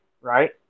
right